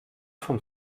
vom